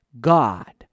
God